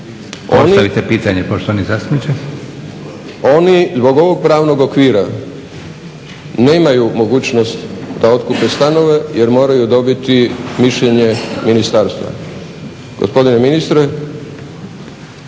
Postavite pitanje poštovani zastupniče./ … Oni zbog ovoga pravnog okvira nemaju mogućnost da otkupe stanove jer moraju dobiti mišljenje ministarstva. Gospodine ministre.